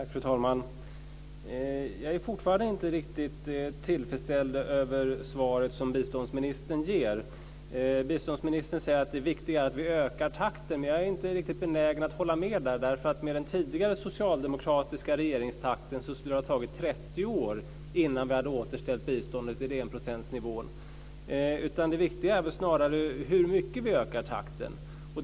Fru talman! Jag är fortfarande inte riktigt tillfredsställd med svaret som biståndsministern ger. Biståndsministern säger att det viktiga är att vi ökar takten. Jag är inte riktigt benägen att hålla med. Med den tidigare socialdemokratiska regeringstakten skulle det ha tagit 30 år innan vi hade återställt biståndet till enprocentsnivån. Det viktiga är väl snarare hur mycket vi ökar takten.